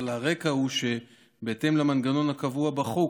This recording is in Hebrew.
אבל הרקע הוא שבהתאם למנגנון הקבוע בחוק,